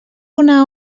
una